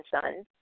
son